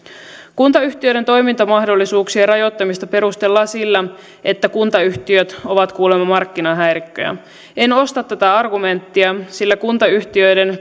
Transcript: kuntayhtiöiden toimintamahdollisuuksien rajoittamista perustellaan sillä että kuntayhtiöt ovat kuulemma markkinahäirikköjä en osta tätä argumenttia sillä kuntayhtiöiden